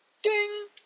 Ding